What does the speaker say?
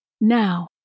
now